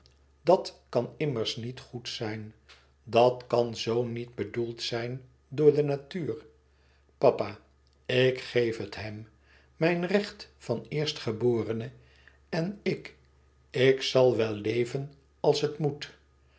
dat kan immers niet goed zijn dat kan zoo niet bedoeld zijn door de natuur papa ik geef het hem mijn recht van eerstgeborene en ik ik zal wel leven als het moet